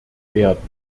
werden